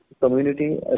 Community